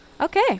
Okay